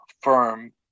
firm